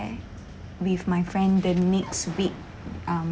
with my friend the next week um